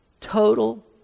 total